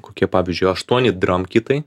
kokie pavyzdžiui aštuoni dramkitai